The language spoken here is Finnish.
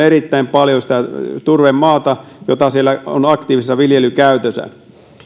on erittäin paljon sitä turvemaata joka siellä on aktiivisessa viljelykäytössä